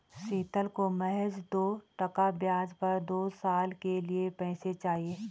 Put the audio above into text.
शीतल को महज दो टका ब्याज पर दो साल के लिए पैसे चाहिए